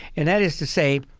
and that is to say,